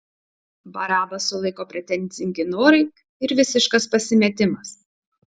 barabą sulaiko pretenzingi norai ir visiškas pasimetimas